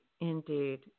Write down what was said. Indeed